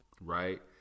right